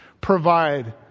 provide